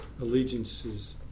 allegiances